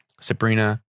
Sabrina